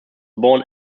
born